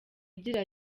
agira